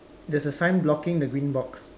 there's a sign blocking the green box